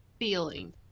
feeling